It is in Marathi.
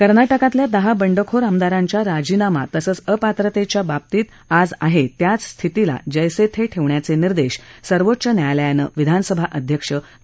कर्नाटकातल्या दहा बंडखोर आमदारांच्या राजीनामा तसंच अपात्रतेच्या बाबतीत आज आहे त्याच स्थितीला जैसे थे ठेवण्याचे निर्देश सर्वोच्च न्यायालयानं विधानसभा अध्यक्ष के